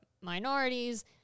minorities